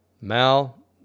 Mal